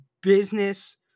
business